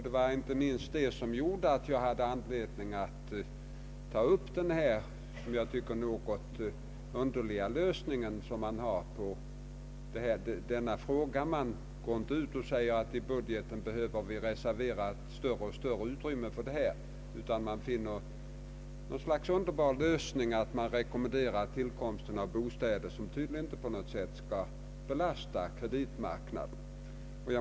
Det var inte minst det som gjorde att jag tog upp denna som jag tycker något underliga lösning av frågan. Mittenpartierna går inte ut och säger att vi i budgeten behöver reservera större utrymme för bostäder, utan man finner ett slags underbar lösning: man rekommenderar tillkomsten av bostäder som tydligen inte på något sätt skall belasta kreditmarknaden.